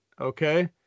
Okay